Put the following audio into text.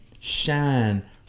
shine